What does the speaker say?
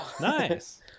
nice